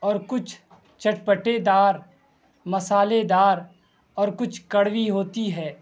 اور کچھ چٹپٹےدار مسالےدار اور کچھ کڑوی ہوتی ہے